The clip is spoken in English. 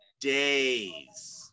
days